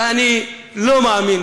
ואני לא מאמין